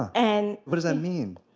and what does that mean?